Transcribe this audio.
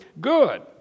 good